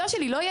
לא יהיה לי תקן.